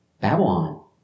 Babylon